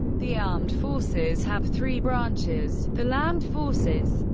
the armed forces have three branches the land forces,